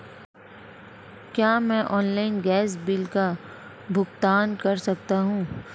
क्या मैं online gas bill का भुगतान कर सकता हूँ?